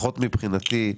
לפחות מבחינתי,